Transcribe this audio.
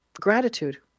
gratitude